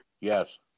Yes